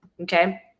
okay